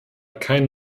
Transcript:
kein